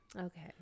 Okay